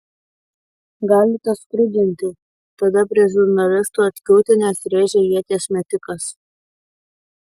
galite skrudinti tada prie žurnalistų atkiūtinęs rėžė ieties metikas